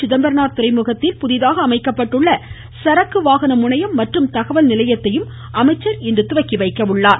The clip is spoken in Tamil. சிதம்பரனார் துறைமுகத்தில் புதிதாக அமைக்கப்பட்டுள்ள சரக்கு வாகன முனையம் மற்றும் தகவல் நிலையத்தையும் அமைச்சர் இன்று துவக்கிவைக்கிறார்